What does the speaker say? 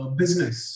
business